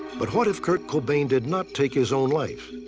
but what if kurt cobain did not take his own life?